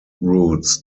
routes